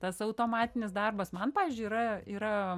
tas automatinis darbas man pavyzdžiui yra yra